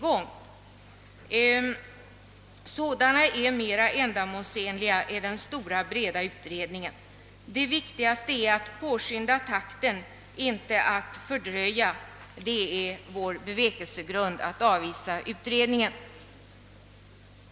Sådana undersökningar är mera ändamålsenliga än den stora, breda utredning, som föreslagits. Det viktigaste är att påskynda takten, inte att fördröja det hela — det är vår bevekelsegrund när vi avvisar förslaget om utredning.